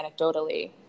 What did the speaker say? anecdotally